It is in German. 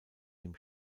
dem